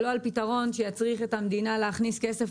לא על פתרון שיצריך את המדינה להכניס כסף